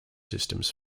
systems